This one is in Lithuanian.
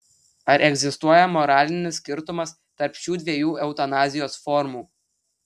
ar egzistuoja moralinis skirtumas tarp šių dviejų eutanazijos formų